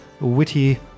witty